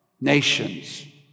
nations